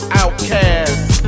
outcasts